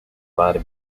vary